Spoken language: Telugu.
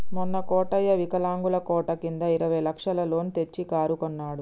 మొన్న కోటయ్య వికలాంగుల కోట కింద ఇరవై లక్షల లోన్ తెచ్చి కారు కొన్నడు